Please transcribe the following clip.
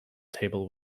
table